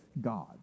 God